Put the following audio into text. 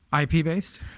IP-based